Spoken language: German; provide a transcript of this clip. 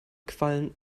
quallen